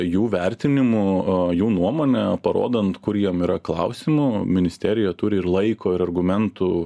jų vertinimu jų nuomone parodant kur jiem yra klausimų ministerija turi ir laiko ir argumentų